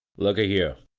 look a-here,